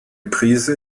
prise